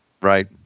Right